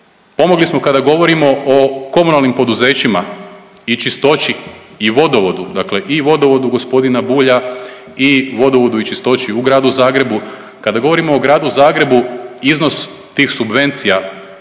Pomogli smo kada govorimo o komunalnim poduzećima i Čistoći i Vodovodu. Dakle i vodovodu gospodina Bulja i Vodovodu i Čistoći u gradu Zagrebu. Kada govorimo o gradu Zagrebu iznos tih subvencija